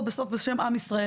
בסוף, אנחנו פה בשם עם ישראל.